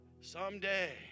Someday